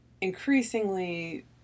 increasingly